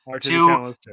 Two